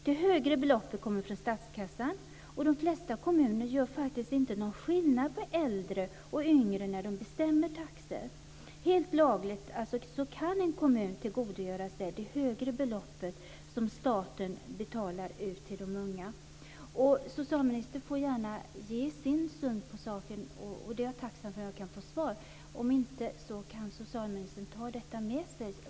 Det högre beloppet kommer från statskassan. De flesta kommuner gör ingen skillnad på äldre och yngre när de bestämmer taxor. Helt lagligt kan alltså en kommun tillgodogöra sig det högre beloppet som staten betalar ut till de unga. Socialministern får gärna ge sin syn på saken - jag är tacksam om jag kan få svar. Om inte, kan socialministern ta detta med sig.